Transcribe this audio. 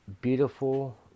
beautiful